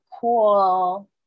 cool